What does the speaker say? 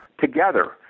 together